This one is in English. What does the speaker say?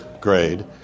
grade